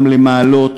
גם למעלות,